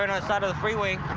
and i thought a freeway.